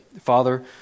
Father